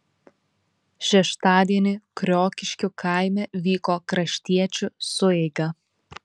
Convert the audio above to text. šeštadienį kriokiškių kaime vyko kraštiečių sueiga